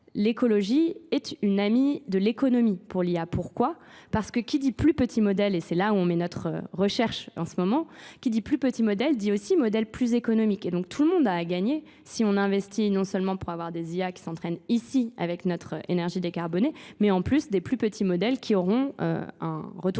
l'écologie est une amie de l'économie pour l'IA. Pourquoi ? Parce que qui dit plus petits modèles, et c'est là où on met notre recherche en ce moment, qui dit plus petits modèles dit aussi modèles plus économiques. Et donc tout le monde a à gagner si on investit non seulement pour avoir des IA qui s'entraînent ici avec notre énergie décarbonée, mais en plus des plus petits modèles qui auront un retour